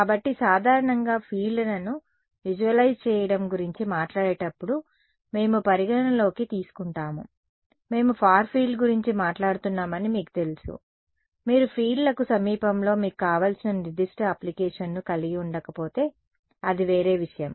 కాబట్టి సాధారణంగా ఫీల్డ్లను విజువలైజ్ చేయడం గురించి మాట్లాడేటప్పుడు మేము పరిగణలోకి తీసుకుంటాము మేము ఫార్ ఫీల్డ్ గురించి మాట్లాడుతున్నామని మీకు తెలుసు మీరు ఫీల్డ్లకు సమీపంలో మీకు కావలసిన నిర్దిష్ట అప్లికేషన్ను కలిగి ఉండకపోతే అది వేరే విషయం